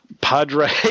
padre